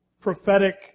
prophetic